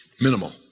minimal